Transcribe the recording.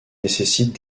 nécessite